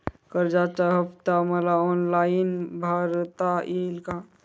कर्जाचा हफ्ता मला ऑनलाईन भरता येईल का?